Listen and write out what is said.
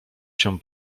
się